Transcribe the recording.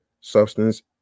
substance